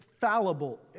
fallible